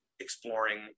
exploring